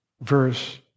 verse